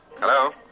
Hello